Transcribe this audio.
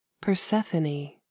Persephone